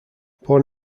born